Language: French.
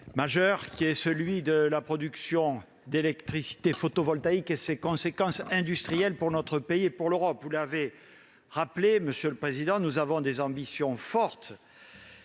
sujet majeur : la production d'électricité photovoltaïque et ses conséquences industrielles pour notre pays et pour l'Europe. Vous l'avez rappelé, nous avons des ambitions fortes,